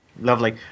Lovely